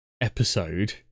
episode